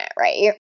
right